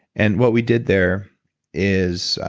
and what we did there is,